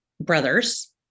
brothers